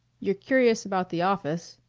you're curious about the office.